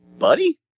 Buddy